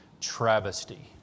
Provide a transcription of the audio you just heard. travesty